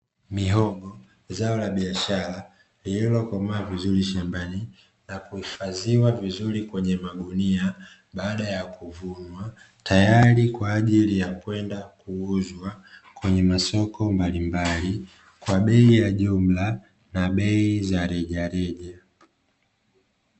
Mihogo zao la biashara lililokomaa vizuri shambani, na kuhifadhiwa vizuri kwenye magunia baada ya kuvunwa, tayari kwa ajili ya kwenda kuuzwa kwenye masoko mbalimbali kwa bei ya jumla na bei za rejareja.